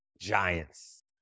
giants